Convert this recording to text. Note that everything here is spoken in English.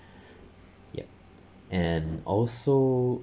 yup and also